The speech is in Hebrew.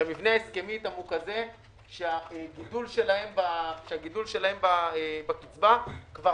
שהמבנה ההסכמי איתן הוא כזה שהגידול שלהן בקצבה כבל